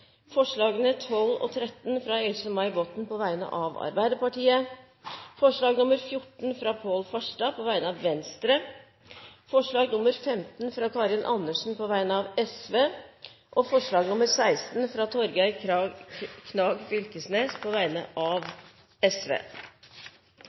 forslagene nr. 12 og 13, fra Else-May Botten på vegne av Arbeiderpartiet forslag nr. 14, fra Pål Farstad på vegne av Venstre forslag nr. 15, fra Karin Andersen på vegne av Sosialistisk Venstreparti forslag nr. 16, fra Torgeir Knag Fylkesnes på vegne av